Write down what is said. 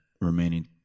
remaining